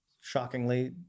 shockingly